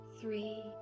Three